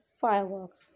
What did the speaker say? fireworks